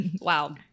Wow